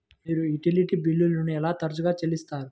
మీరు యుటిలిటీ బిల్లులను ఎంత తరచుగా చెల్లిస్తారు?